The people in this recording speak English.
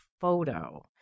photo